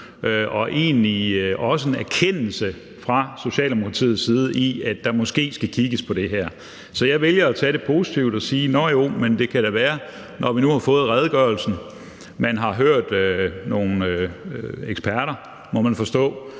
også en erkendelse fra Socialdemokratiets side af, at der måske skal kigges på det her. Så jeg vælger at tage det positivt og sige: Det kan da være, når vi nu har fået redegørelsen, og man har hørt nogle eksperter – må man forstå